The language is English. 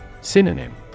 Synonym